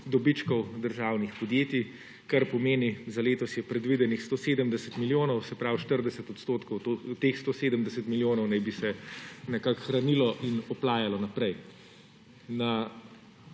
dobičkov državnih podjetij, ker pomeni za letos je predvidenih 170 milijonov, se pravi 40 % od teh 170 milijonov naj bi se nekako hranilo in oplajalo naprej. Na